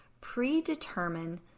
predetermine